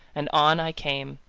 and on i came.